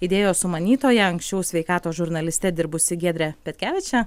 idėjos sumanytoja anksčiau sveikatos žurnaliste dirbusi giedrė petkevičė